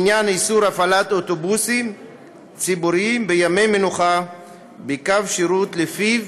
בעניין איסור הפעלת אוטובוסים ציבוריים בימי מנוחה בקו שירות לפיו.